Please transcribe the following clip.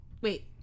Wait